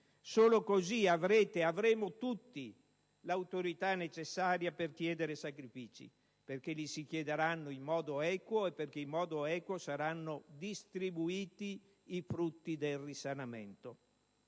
Solo così avrete e avremo tutti l'autorità necessaria per chiedere sacrifici, perché lì si chiederanno in modo equo e perché in modo equo saranno distribuiti i frutti del risanamento.